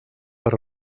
per